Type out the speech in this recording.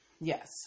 Yes